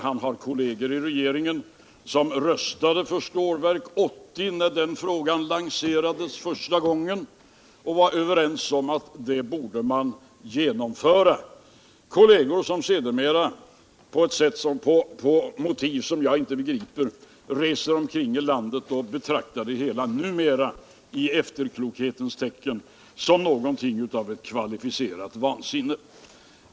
Han har kolleger i regeringen som röstade för Stålverk 80 när den frågan lanserades första gången och sålunda var med på att det projektet borde genomföras, kolleger som sedermera med motiv som jag inte begriper reser omkring i landet och numera i efterklokhetens tecken betraktar det hela som någonting av ett kvalificerat vansinne.